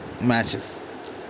matches